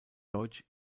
deutsch